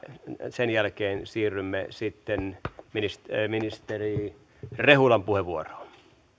sen jälkeen siirrymme sitten ministeri rehulan puheenvuoroon